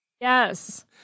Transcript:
Yes